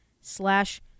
slash